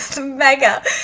Mega